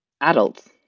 adults